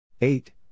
eight